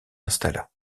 installa